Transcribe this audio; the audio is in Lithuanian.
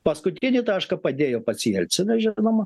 paskutinį tašką padėjo pats jelcinas žinoma